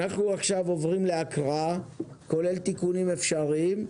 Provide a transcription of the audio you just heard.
אנחנו עוברים להקראה, כולל תיקונים אפשריים.